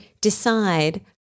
decide